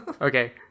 Okay